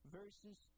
verses